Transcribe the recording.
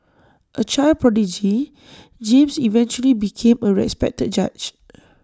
A child prodigy James eventually became A respected judge